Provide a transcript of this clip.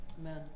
Amen